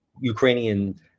Ukrainian